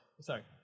Sorry